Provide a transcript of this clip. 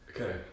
Okay